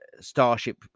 starship